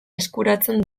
eskuratzen